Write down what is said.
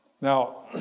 Now